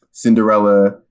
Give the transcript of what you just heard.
Cinderella